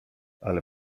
ale